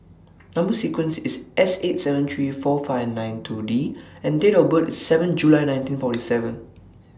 Number sequence IS S eight seven three four five nine two D and Date of birth IS seven July nineteen forty seven